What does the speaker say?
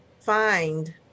find